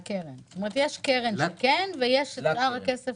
כלומר יש קרן שכן אפשר לייעד את מטרת הכסף